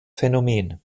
phänomen